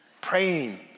praying